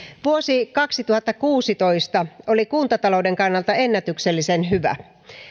vuosi kaksituhattakuusitoista oli kuntatalouden kannalta ennätyksellisen hyvä